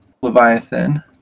Leviathan